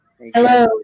Hello